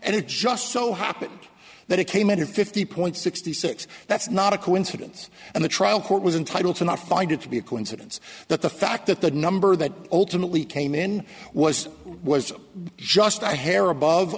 and it just so happened that it came in a fifty point sixty six that's not a coincidence and the trial court was entitle to not find it to be a coincidence that the fact that the number that ultimately came in was was just a hair above